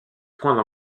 points